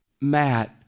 Matt